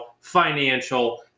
financial